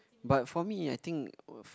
but for me I think a